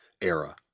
era